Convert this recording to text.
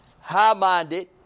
high-minded